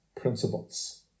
principles